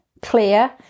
clear